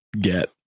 get